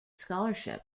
scholarship